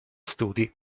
studi